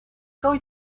going